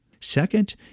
Second